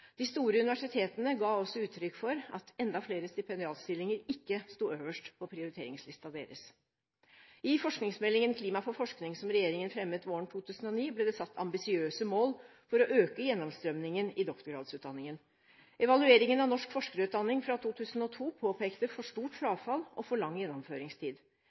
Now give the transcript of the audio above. De store universitetene ga også uttrykk for at enda flere stipendiatstillinger ikke sto øverst på prioriteringslisten deres. I forskningsmeldingen Klima for forskning, som regjeringen fremmet våren 2009, ble det satt ambisiøse mål for å øke gjennomstrømningen i doktorgradsutdanningen. Evalueringen av norsk forskerutdanning fra 2002 påpekte for stort frafall og for lang gjennomføringstid.